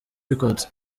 records